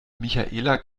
michaela